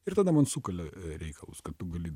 ir tada man sukalioja reikalus kad tu gali